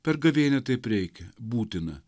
per gavėnią taip reikia būtina